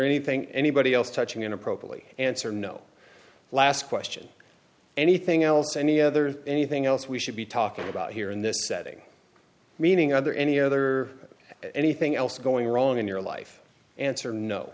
anything anybody else touching in appropriately answer no last question anything else any other anything else we should be talking about here in this setting meaning are there any other anything else going wrong in your life answer no